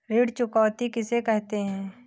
ऋण चुकौती किसे कहते हैं?